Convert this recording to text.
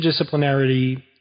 interdisciplinarity